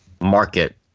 market